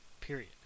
period